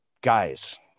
Guys